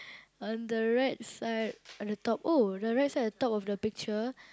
on the right side on the top oh the right side the top of the picture